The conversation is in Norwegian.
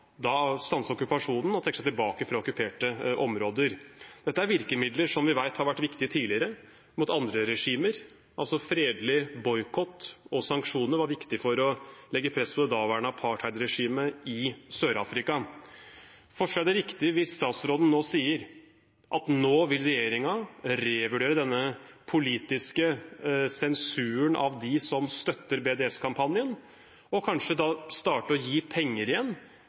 okkupasjonen og trekke seg tilbake fra okkuperte områder. Dette er virkemidler som vi vet har vært viktig tidligere mot andre regimer – fredelig boikott og sanksjoner var viktig for å legge press på det daværende apartheidregimet i Sør-Afrika. Forstår jeg det riktig at statsråden nå sier at regjeringen vil revurdere denne politiske sensuren av dem som støtter BDS-kampanjen, og kanskje starte å gi penger igjen